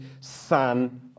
son